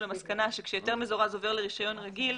למסקנה שכאשר היתר מזורז עובר לרישיון רגיל,